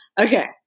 Okay